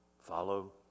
Follow